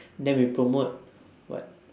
then we promote what